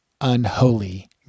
unholy